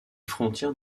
frontières